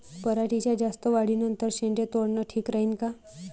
पराटीच्या जास्त वाढी नंतर शेंडे तोडनं ठीक राहीन का?